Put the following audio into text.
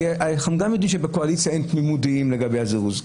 כולם יודעים שבקואליציה אין תמימות דעים לגבי הזירוז.